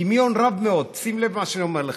דמיון רב מאוד, שים לב מה שאני אומר לך,